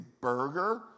burger